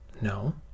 No